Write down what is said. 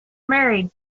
married